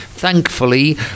Thankfully